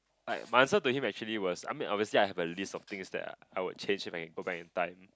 like my answer to him actually was I mean obviously I have a list of things that I would change if I can go back in time